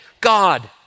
God